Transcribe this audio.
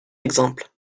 exemples